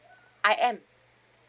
I am